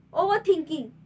overthinking